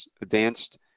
advanced